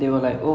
mm